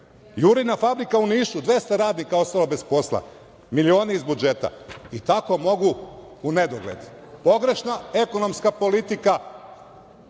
fabrika u Nišu, 200 radnika ostalo bez posla, milioni iz budžeta i tako mogu u nedogled. Pogrešna ekonomska politika,